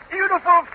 Beautiful